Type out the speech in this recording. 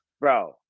bro